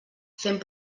fent